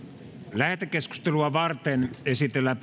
lähetekeskustelua varten esitellään